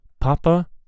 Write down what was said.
Papa